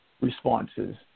responses